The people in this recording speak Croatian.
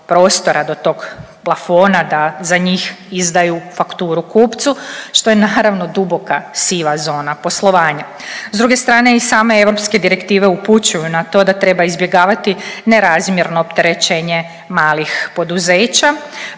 do tog plafona da za njih izdaju fakturu kupcu, što je naravno duboka siva zona poslovanja. S druge strane i same europske direktive upućuju na to da treba izbjegavati nerazmjerno opterećenje malih poduzeća